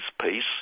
peace